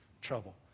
trouble